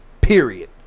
Period